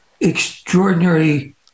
extraordinary